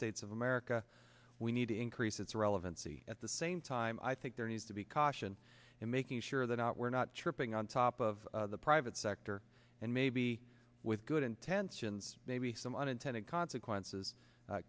states of america we need to increase its relevancy at the same time i think there needs to be caution in making sure that not we're not tripping on top of the private sector and maybe with good intentions maybe some unintended consequences